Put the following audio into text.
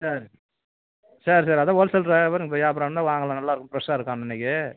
சரி சரி சரி அதுதான் ஹோல் சேல் வியாபாரம் வியாபாரம் இருந்தால் வாங்கலாம் நல்லா இருக்கும் ஃப்ரெஷ்ஷாக இருக்கும் அன்னன்னைக்கு